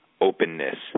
openness